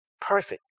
perfect